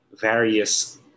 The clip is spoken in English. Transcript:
various